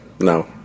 No